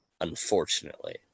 unfortunately